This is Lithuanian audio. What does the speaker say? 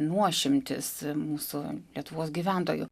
nuošimtis mūsų lietuvos gyventojų